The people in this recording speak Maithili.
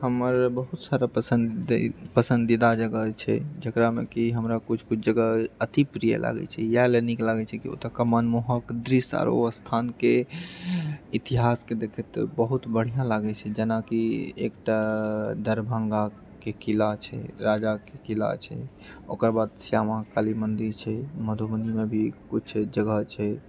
हमर बहुत सारा पसन्द पसन्दीदा जगह छै जकरामे कि हमरा किछु किछु जगह अतिप्रिय लागैत छै इएह लऽ नीक लागैत छै कि ओतुका मनमोहक दृश्य आर ओ स्थानके इतिहासके देखैत बहुत बढ़िआँ लागैत छै जेनाकि एकटा दरभङ्गा किला छै राजाके किला छै ओकर बाद श्यामा काली मन्दिर छै मधुबनीमे भी किछु जगह छै